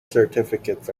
certificates